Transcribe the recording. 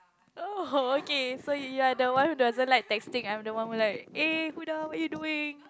oh okay so you are the one who doesn't like texting I am the one who like hey Huda what you doing